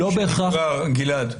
גלעד.